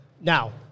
Now